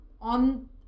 on